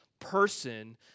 person